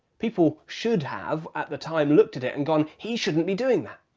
people should have, at the time, looked at it and gone, he shouldn't be doing that.